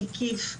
מקיף,